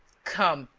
come,